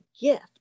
gift